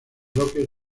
bloques